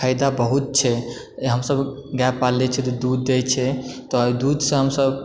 फायदा बहुत छै हमसभ गाय पालय छियै तऽ दूध दय छै तऽ ओहि दूधसँ हमसभ